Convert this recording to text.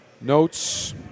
notes